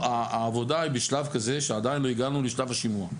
העבודה היא בשלב כזה שעדיין לא הגענו לשלב השימוע.